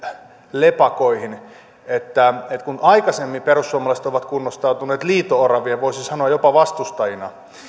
lepakoihin kun aikaisemmin perussuomalaiset ovat kunnostautuneet liito oravien voisi sanoa jopa vastustajina